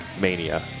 mania